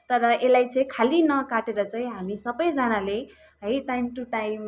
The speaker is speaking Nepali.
तर यसलाई चाहिँ खाली नकाटेर चाहिँ हामी सबैजनाले है टाइम टू टाइम